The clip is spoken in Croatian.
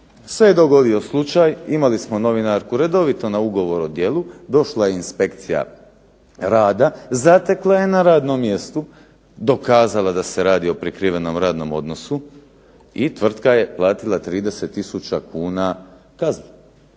Puli se dogodio slučaj, imali smo novinarku redovito na ugovor o djelu, došla je inspekcija rada, zatekla je na radnom mjestu, dokazala da se radi o prikrivenom radnom odnosu i tvrtka je platila 30 tisuća kuna kaznu,